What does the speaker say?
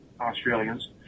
Australians